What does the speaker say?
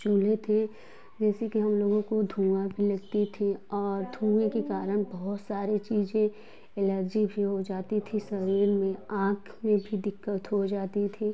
चूल्हे पर जैसे कि हम लोगों को धुआँ भी लगती थी और धुएँ के कारण बहुत सारी चीज़ें एलर्जी भी हो जाती थी शारीर में आँख में भी दिक्कत हो जाती थी